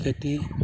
খেতি